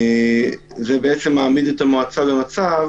זה מעמיד את המועצה במצב